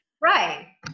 Right